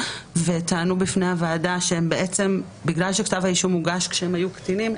וטענו בפני הוועדה שבגלל שכתב האישום הוגש כשהם היו קטינים,